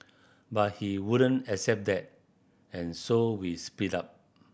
but he wouldn't accept that and so we split up